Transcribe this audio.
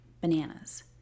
bananas